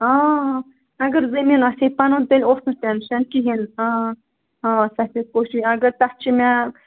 آ اَگر زٔمیٖن آسہِ ہے پَنُن تیٚلہِ اوس نہٕ ٹٮ۪نشَن کِہیٖنٛۍ آ آ سفید پوشی اگر تَتھ چھِ مےٚ